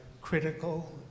critical